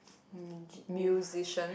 maji~ mu~